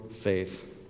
faith